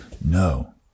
No